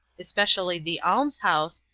especially the almshouse,